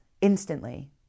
instantly